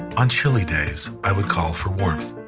on chilly days, i would call for warmth.